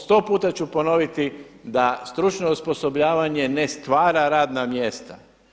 Sto puta ću ponoviti, da stručno osposobljavanje ne stvara radna mjesta.